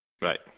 Right